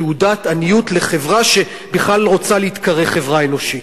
תעודת עניות לחברה שבכלל רוצה להתקרא חברה אנושית.